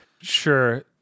Sure